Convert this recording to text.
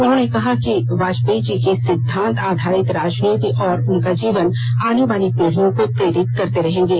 उन्होंने कहा कि वाजपेयी जी की सिद्वांत आधारित राजनीति और उनका जीवन आने वाली पीढियों को प्रेरित करते रहेंगे